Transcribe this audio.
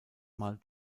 mal